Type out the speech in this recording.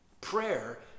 Prayer